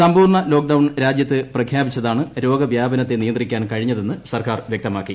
സമ്പൂർണ lockdown രാജ്യത്ത് പ്രഖ്യാപിച്ചതാണ് രോഗ വ്യാപനത്തെ നിയന്ത്രിക്കാൻ കഴിഞ്ഞതെന്ന് സർക്കാർ വ്യക്തമാക്കി